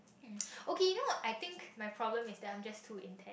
okay no I think my problem is that I'm just to intend